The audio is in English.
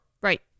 Right